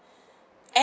and